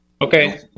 Okay